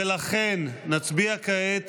ולכן נצביע כעת